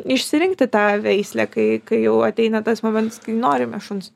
išsirinkti tą veislę kai kai jau ateina tas momentas kai norime šuns